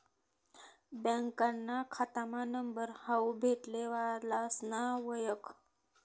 बँकाना खातामा नंबर हावू भेटले वालासना वयख